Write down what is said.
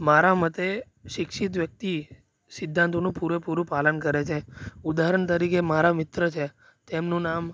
મારા મટે શિક્ષિત વ્યક્તિ સિદ્ધાંતોનું પૂરેપૂરું પાલન કરે છે ઉદાહરણ તરીકે મારા મિત્ર છે તેમનું નામ